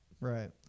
Right